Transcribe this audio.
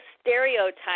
stereotype